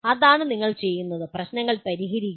അതാണ് നിങ്ങൾ ചെയ്യുന്നത് പ്രശ്നങ്ങൾ പരിഹരിക്കുക